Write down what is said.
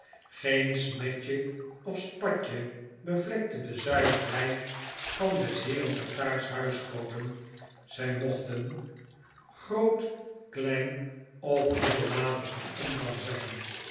green smetje of spatje bevlekte de zuiverheid van des heeren tartaar's huisgbden zij mochten groot klein of middelmatig van omvang zijn